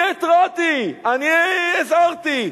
אני התרעתי, אני הזהרתי.